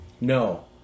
No